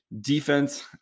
Defense